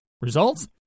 Results